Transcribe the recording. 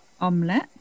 Omelette